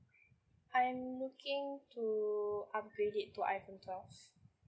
I'm looking to upgrade it to iphone twelve